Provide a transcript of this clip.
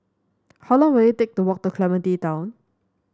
how long will it take to walk to Clementi Town